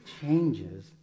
changes